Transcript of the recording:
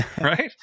right